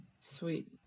Sweet